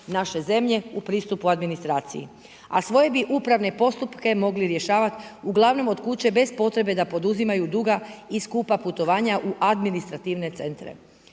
naše zemlje u pristupu administraciji a svoje bi uprave postupke mogli rješavati uglavnom od kuće bez potrebe da poduzimaju duga i skupa putovanja u administrativne centre.